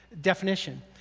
definition